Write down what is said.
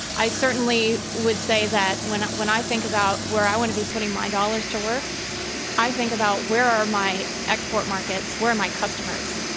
i certainly would say that when when i think about where i want to be putting my dollars to work i think about, where are my export markets? where are my customers?